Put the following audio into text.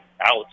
out